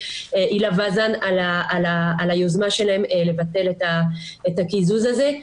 הילה וזאן על היוזמה שלהם לבטל את הקיזוז הזה.